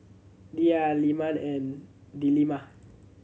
Dhia Leman and Delima